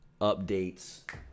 updates